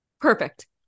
Perfect